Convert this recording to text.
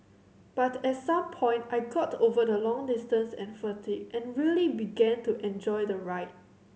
but at some point I got over the long distance and fatigue and really began to enjoy the ride